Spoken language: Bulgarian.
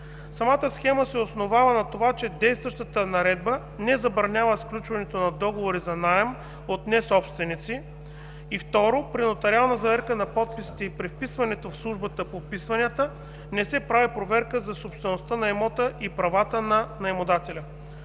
Самата схема се основава на това, че действащата Наредба не забранява сключването на договори за наем от несобственици. И, второ, при нотариална заверка на подписите и при вписването в Службата по вписванията не се прави проверка за собствеността на имота и правата на наемодателя.